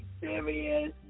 serious